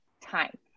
time